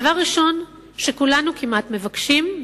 הדבר הראשון שכולנו כמעט מבקשים,